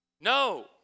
No